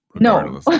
no